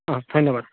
অঁ ধন্যবাদ